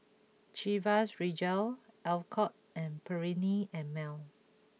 Chivas Regal Alcott and Perllini N Mel